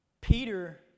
Peter